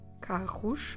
carros